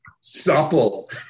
Supple